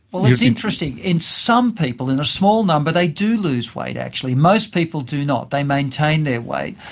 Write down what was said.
well, it's interesting, in some people, in a small number they do lose weight actually. most people do not, they maintained their weight,